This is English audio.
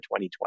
2020